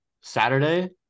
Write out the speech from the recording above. Saturday